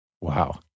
Wow